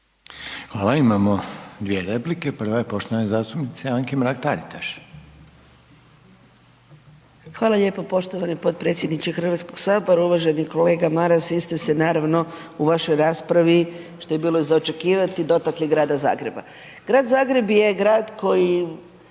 Hvala. Imamo dvije replike, prva je poštovane zastupnice Anke Mrak Taritaš. **Mrak-Taritaš, Anka (GLAS)** Hvala lijepo poštovani potpredsjedniče Hrvatskog sabora. Uvaženi kolega Maras vi ste se naravno u vašoj raspravi, što je bilo i za očekivati dotakli Grada Zagreba. Grad Zagreb je grad koji